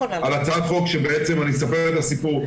על הצעת חוק שבעצם אני אספר רגע סיפור.